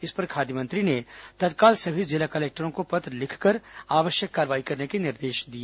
इस पर खाद्य मंत्री ने तत्काल सभी जिला कलेक्टरों को पत्र लिखकर आवश्यक कार्रवाई करने के निर्देश दिए